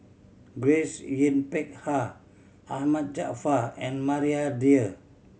Grace Yin Peck Ha Ahmad Jaafar and Maria Dyer